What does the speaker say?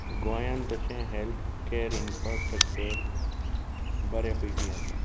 गोंयांत तशें health care infrastructure बरे पैकी आसात